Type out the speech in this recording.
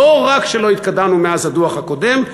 לא רק שלא התקדמנו מאז הדוח הקודם,